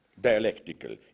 dialectical